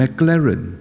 McLaren